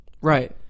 right